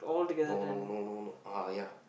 no no no no uh ya